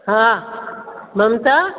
हा ममता